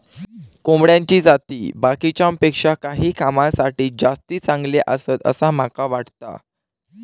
कोंबड्याची जाती बाकीच्यांपेक्षा काही कामांसाठी जास्ती चांगले आसत, असा माका वाटता